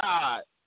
God